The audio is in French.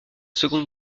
seconde